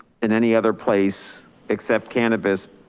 in any other place except cannabis.